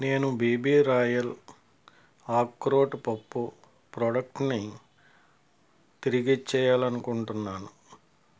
నేను B B royal ఆక్రోటు పప్పు ప్రొడక్ట్ని తిరిగి ఇచ్చేయాలనుకుంటున్నాను